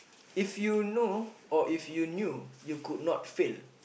if you know or if you knew you could not fail